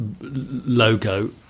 logo